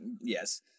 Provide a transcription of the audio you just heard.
Yes